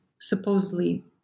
supposedly